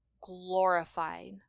glorified